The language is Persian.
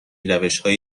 روشهای